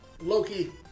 Loki